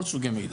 כל סוגי המידע.